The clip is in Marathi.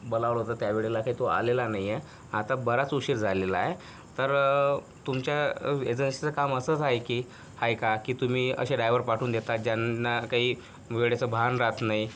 बोलावलं होतं त्यावेळेला काही तो आलेला नाही आहे आता बराच उशीर झालेला आहे तर तुमच्या एजन्सीचं काम असंच आहे की आहे का की तुम्ही असे डायवर पाठवून देता ज्यांना काही वेळेचं भान राहत नाही